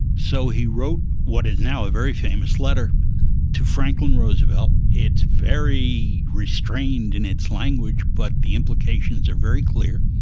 so he wrote what is now a very famous letter to franklin roosevelt. it's very restrained in its language but the implications are very clear.